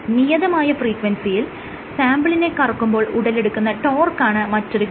നിയതമായ ഫ്രീക്വൻസിയിൽ സാംപിളിനെ കറക്കുമ്പോൾ ഉടലെടുക്കുന്ന ടോർക്കാണ് മറ്റൊരു ഘടകം